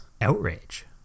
outrage